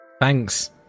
Thanks